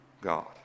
God